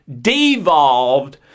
devolved